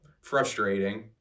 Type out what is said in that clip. Frustrating